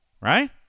right